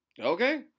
okay